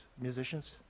musicians